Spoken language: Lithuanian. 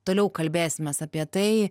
toliau kalbėsimės apie tai